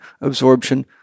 absorption